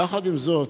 יחד עם זאת,